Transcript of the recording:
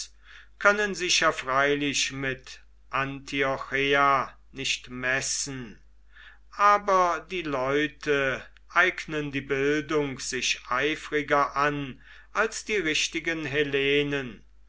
können sich ja freilich mit antiocheia nicht messen aber die leute eignen die bildung sich eifriger an als die richtigen hellenen